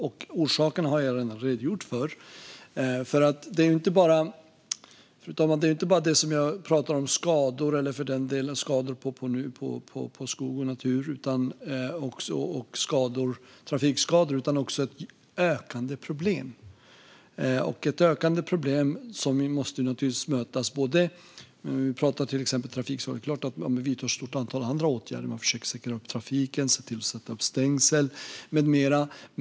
Orsakerna har jag redan redogjort för. Fru talman! Det jag talar om är inte bara skador på skog och natur och trafikskador, utan det finns också ett ökande problem som måste mötas. När det gäller till exempel trafikskador är det klart att man vidtar ett stort antal andra åtgärder. Man försöker säkra trafiken, se till att sätta upp stängsel med mera.